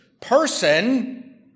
person